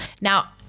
Now